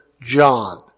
John